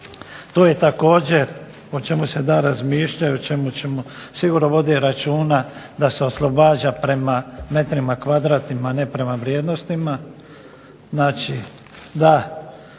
to je također o čemu se da razmišljat i o čemu ćemo sigurno vodit računa da se oslobađa ne prema kvadratima, ne prema vrijednosti,